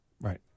Right